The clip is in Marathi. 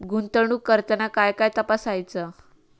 गुंतवणूक करताना काय काय तपासायच?